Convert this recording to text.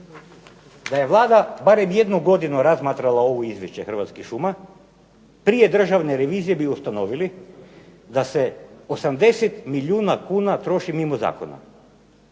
Da je Vlada barem jednu godinu razmatrala ovo izvješće Hrvatskih šuma prije Državne revizije bi ustanovili da se 80 milijuna kuna troši mimo zakona.